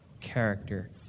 character